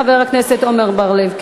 חבר הכנסת עמר בר-לב,